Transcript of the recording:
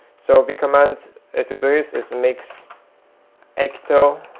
so, the command ah to do this is mix ecto